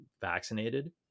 vaccinated